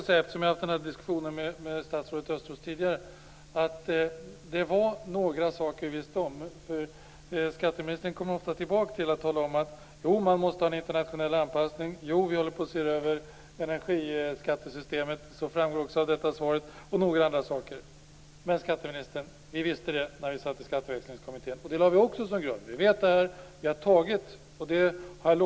Jag har haft den här diskussionen med statsrådet Östros tidigare, och jag vill därför påpeka att det var några saker vi visste om. Skatteministern kommer ofta tillbaka till att tala om att man måste ha en internationell anpassning, att man, som framgår även av det här svaret, nu håller på att se över energiskattesystemet och några andra saker. Men skatteministern: Vi visste det när vi satt i Skatteväxlingskommittén, och vi lade också det som grund för vårt arbete.